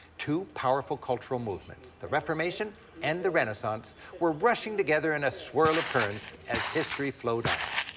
two powerful cultural movements the reformation and the renaissance were rushing together in a swirl of currents as history flowed on.